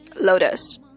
lotus